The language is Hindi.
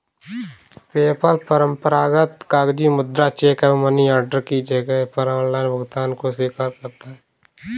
पेपल परंपरागत कागजी मुद्रा, चेक एवं मनी ऑर्डर के जगह पर ऑनलाइन भुगतान को स्वीकार करता है